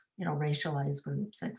you know, racialized groups, like